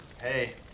hey